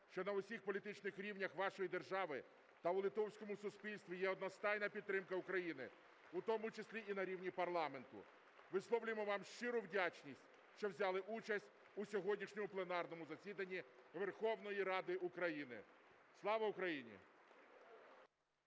що на всіх політичних рівнях вашої держави та у литовському суспільстві є одностайна підтримка України, у тому числі і на рівні парламенту. Висловлюємо вам щиру вдячність, що взяли участь у сьогоднішньому пленарному засіданні Верховної Ради України. Слава Україні!